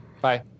Bye